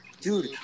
Dude